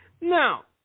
Now